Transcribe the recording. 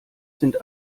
sind